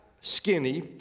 skinny